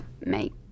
make